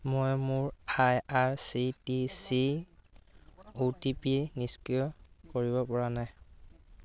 মই মোৰ I R C T চিৰ অ' টি পি নিষ্ক্ৰিয় কৰিব পৰা নাই